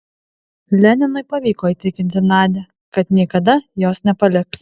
leninui pavyko įtikinti nadią kad niekada jos nepaliks